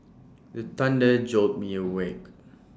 the thunder jolt me awake